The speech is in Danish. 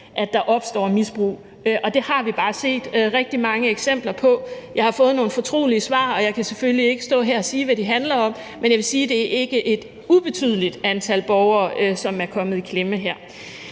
at der opstår misbrug. Det har vi bare set rigtig mange eksempler på. Jeg har fået nogle fortrolige svar, og jeg kan selvfølgelig ikke stå her og sige, hvad de handler om, men jeg vil sige, at det ikke er et ubetydeligt antal borgere, som er kommet i klemme her.